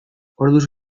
orduz